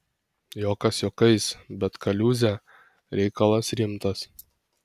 juokas juokais bet kaliūzė reikalas rimtas